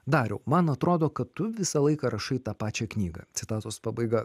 dariau man atrodo kad tu visą laiką rašai tą pačią knygą citatos pabaiga